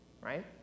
right